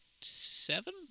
seven